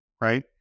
right